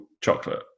chocolate